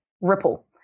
ripple